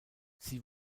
sie